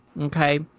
Okay